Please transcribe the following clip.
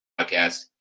Podcast